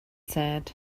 said